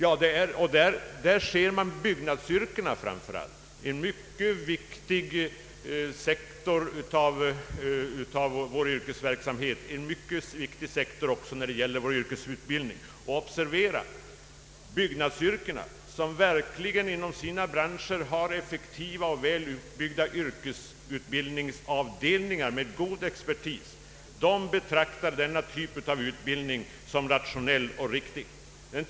Det är framför allt byggnadsyrkena, en mycket viktig sektor i vårt näringsliv och viktig även när det gäller yrkesutbildningen. Byggnadsbranschen har effektiva och väl utbyggda yrkesutbildningsavdelningar med god expertis, och där betraktar man denna typ av utbildning som rationell och riktig.